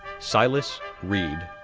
silas reed,